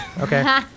Okay